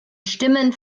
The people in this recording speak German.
stimmen